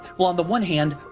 well, on the one hand,